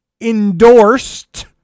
endorsed